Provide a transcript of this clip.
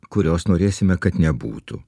kurios norėsime kad nebūtų